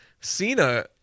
Cena